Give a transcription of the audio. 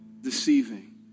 deceiving